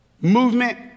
movement